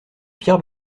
pierre